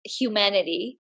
humanity